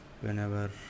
whenever